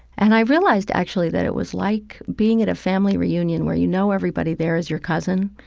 and i realized, actually, that it was like being at a family reunion where you know everybody there is your cousin,